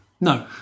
No